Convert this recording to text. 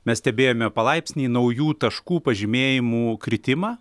mes stebėjome palaipsnį naujų taškų pažymėjimų kritimą